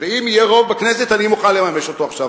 ואם יהיה רוב בכנסת אני מוכן לממש אותו גם עכשיו.